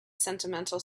sentimental